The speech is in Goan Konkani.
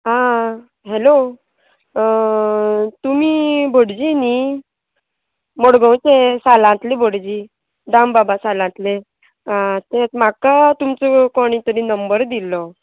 आ हॅलो तुमी भटजी न्ही मडगांवचे सालांतले भटजी दाम बाबा सालांतले आ म्हाका तुमचो कोणी तरी नंबर दिल्लो